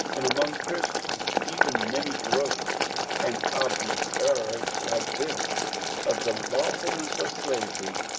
and among christians even many gross and obvious errors, like this of the lawfulness of slavery,